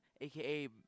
aka